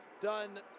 done